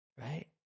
Right